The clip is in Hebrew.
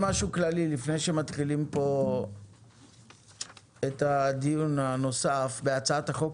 לפני שאנחנו מתחילים את הדיון הנוסף בהצעת החוק